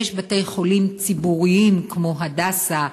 יש בתי-חולים ציבוריים כמו "הדסה",